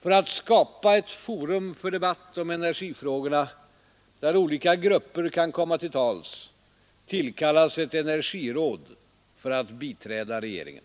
För att skapa ett forum för debatt om energifrågorna där olika grupper kan komma till tals tillkallas ett energiråd för att biträda regeringen.